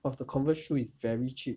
of the converse shoe is very cheap